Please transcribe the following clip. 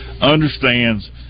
understands